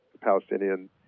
Palestinian